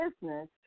business